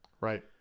Right